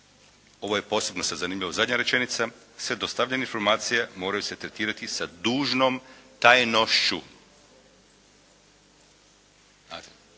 Ovo je posebno sada zanimljivo, zadnja rečenica. Sve dostavljene informacije moraju se tretirati sa dužnom tajnošću.